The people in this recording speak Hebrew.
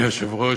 אדוני היושב-ראש,